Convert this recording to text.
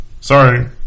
sorry